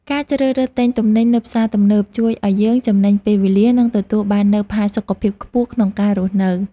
ការជ្រើសរើសទិញទំនិញនៅផ្សារទំនើបជួយឱ្យយើងចំណេញពេលវេលានិងទទួលបាននូវផាសុកភាពខ្ពស់ក្នុងការរស់នៅ។